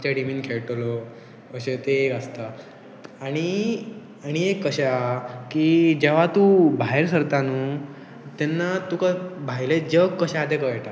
खंयच्या टिमीन खेळटलो अशे ते एक आसता आनी आनी एक कशें आहा की जेवा तूं भायर सरता न्हू तेन्ना तुका भायले जग कशें आसा तें कळटा